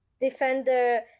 Defender